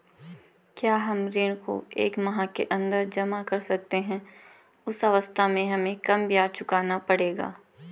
क्या हम ऋण को एक माह के अन्दर जमा कर सकते हैं उस अवस्था में हमें कम ब्याज चुकाना पड़ेगा?